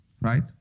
right